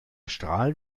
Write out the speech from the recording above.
strahl